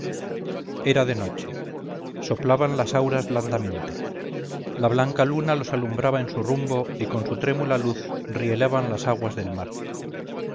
era de noche soplaban las auras blandamente la blanca luna los alumbraba en su rumbo y con su trémula luz rielaban las aguas del mar